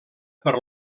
per